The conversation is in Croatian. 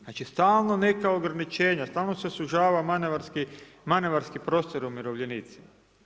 Znači, stalno neka ograničenja, stalno se sužava manevarski prostor umirovljenicima.